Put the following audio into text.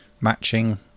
matching